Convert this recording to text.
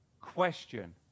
Question